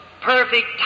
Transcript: perfect